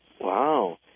Wow